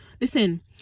listen